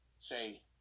Say